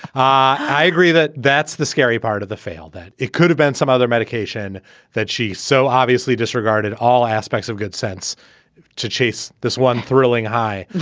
i agree that that's the scary part of the fail, that it could have been some other medication that she's so obviously disregarded all aspects of good sense to chase this one thrilling high.